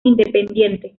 independiente